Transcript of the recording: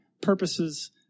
purposes